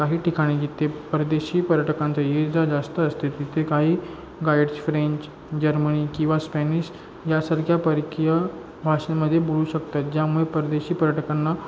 काही ठिकाणी जिथे परदेशी पर्यटकांचं ये जा जास्त असते तिथे काही गाईड्स फ्रेंच जर्मनी किंवा स्पॅनिश यासारख्या परकीय भाषेमध्ये बोलू शकतात ज्यामुळे परदेशी पर्यटकांना